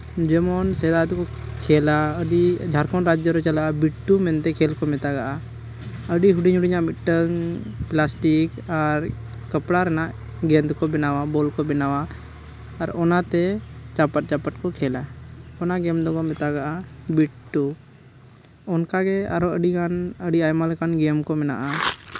ᱡᱮᱢᱚᱱ ᱥᱮᱫᱟᱭ ᱫᱚᱠᱚ ᱠᱷᱮᱹᱞᱟ ᱟᱹᱰᱤ ᱡᱷᱟᱲᱠᱷᱚᱸᱰ ᱨᱟᱡᱽᱡᱚ ᱨᱮ ᱪᱟᱞᱟᱜᱼᱟ ᱵᱤᱴᱴᱩ ᱢᱮᱱᱛᱮᱫ ᱠᱚ ᱢᱮᱛᱟᱜᱼᱟ ᱟᱹᱰᱤ ᱦᱩᱰᱤᱧ ᱦᱩᱰᱤᱧᱟ ᱢᱤᱫᱴᱟᱹᱱ ᱯᱞᱟᱥᱴᱤᱠ ᱟᱨ ᱠᱟᱯᱲᱟ ᱨᱮᱱᱟᱜ ᱜᱮᱱ ᱛᱮᱠᱚ ᱵᱮᱱᱟᱣᱟ ᱵᱚᱞ ᱠᱚ ᱵᱮᱱᱟᱣᱟ ᱟᱨ ᱚᱱᱟᱛᱮ ᱪᱟᱯᱟᱫ ᱪᱟᱯᱟᱫ ᱠᱚ ᱠᱷᱮᱹᱞᱟ ᱚᱱᱟ ᱜᱮᱹᱢ ᱫᱚᱠᱚ ᱢᱛᱟᱜᱼᱟ ᱵᱤᱴᱴᱩ ᱚᱱᱠᱟ ᱜᱮ ᱟᱨ ᱦᱚᱸ ᱟᱹᱰᱤ ᱜᱟᱱ ᱟᱹᱰᱤ ᱟᱭᱢᱟ ᱞᱮᱠᱟᱱ ᱜᱮᱹᱢ ᱠᱚ ᱢᱮᱱᱟᱜᱼᱟ